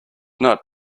not